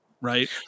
Right